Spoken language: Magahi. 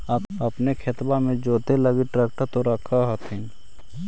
अपने खेतबा मे जोते लगी ट्रेक्टर तो रख होथिन?